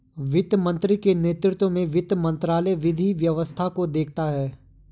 वित्त मंत्री के नेतृत्व में वित्त मंत्रालय विधि व्यवस्था को देखता है